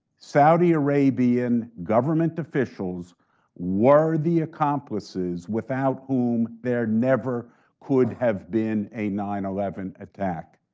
saudi arabian government officials were the accomplices without whom there never could have been a nine eleven attack.